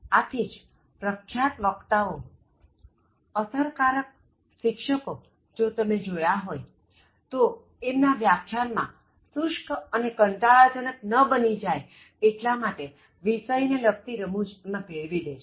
આથી જ પ્રખ્યાત વક્તાઓઅસરકારક શિક્ષકો તેમના વ્યાખ્યાન શુષ્ક અને કંટાળાજનક ન બની જાય તે માટે વિષય ને લગતી રમૂજ એમાં ભેળવી દે છે